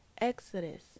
Exodus